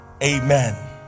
Amen